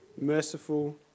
merciful